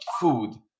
food